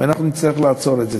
ונצטרך לעצור את זה.